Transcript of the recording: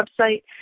website